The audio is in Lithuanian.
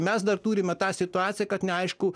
mes dar turime tą situaciją kad neaišku